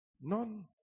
None